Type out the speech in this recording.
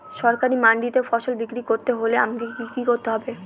সরকারি মান্ডিতে ফসল বিক্রি করতে হলে আমাকে কি কি করতে হবে?